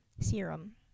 serum